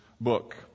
book